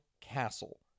castle